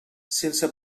sense